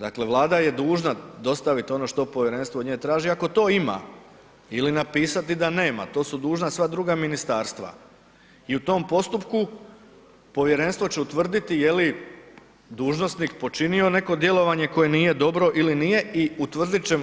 Dakle, Vlada je dužna dostavit ono što povjerenstvo od nje traži ako to ima ili napisati da nema, to su dužna sva druga ministarstva i u tom postupku povjerenstvo će utvrditi je li dužnosnik počinio neko djelovanje koje nije dobro ili nije i utvrdit će,